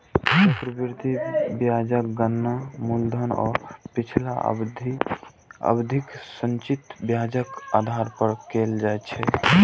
चक्रवृद्धि ब्याजक गणना मूलधन आ पिछला अवधिक संचित ब्याजक आधार पर कैल जाइ छै